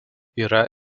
yra